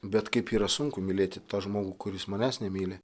bet kaip yra sunku mylėti tą žmogų kuris manęs nemyli